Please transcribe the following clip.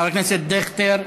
חבר הכנסת דיכטר.